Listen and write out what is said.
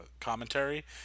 commentary